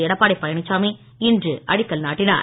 எடப்பாடி பழனிசாமி இன்று அடிக்கல் நாட்டினார்